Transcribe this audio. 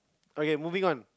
okay moving on